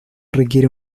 requiere